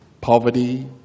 Poverty